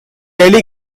rarely